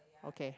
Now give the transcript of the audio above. okay